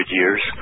years